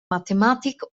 mathematik